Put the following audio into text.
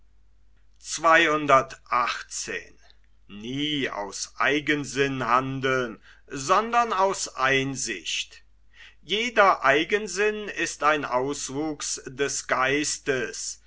jeder eigensinn ist ein auswuchs des geistes